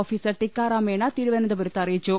officer Tikaram Meena തിരുവനന്തപുരത്ത് അറിയിച്ചു